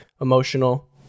emotional